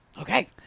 okay